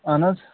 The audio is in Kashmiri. اہن حظ